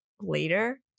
later